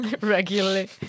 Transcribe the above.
regularly